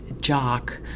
jock